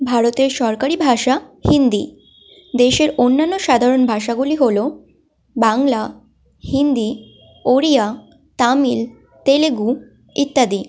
ভারতের সরকারি ভাষা হিন্দি দেশের অন্যান্য সাধারণ ভাষাগুলি হলো বাংলা হিন্দি ওড়িয়া তামিল তেলুগু ইত্যাদি